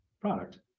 product